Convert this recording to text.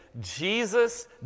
Jesus